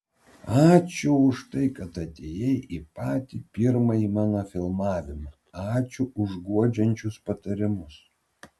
ačiū už tai kad atėjai į patį pirmąjį mano filmavimą ačiū už guodžiančius patarimus